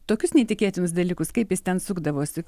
tokius neįtikėtinus dalykus kaip jis ten sukdavosi